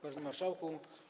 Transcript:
Panie Marszałku!